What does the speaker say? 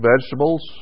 vegetables